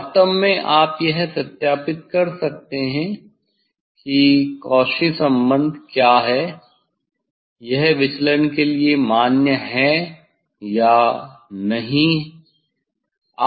वास्तव में आप यह सत्यापित कर सकते हैं कि कॉची संबंध Cauchy's relation क्या है यह विचलन के लिए मान्य है या नहीं